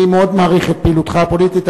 אני מאוד מעריך את פעילותך הפוליטית,